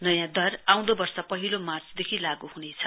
नयाँ दर आँउदो वर्ष पहिलो मार्चदेखि लागू हुनेछ